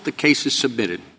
the case is submitted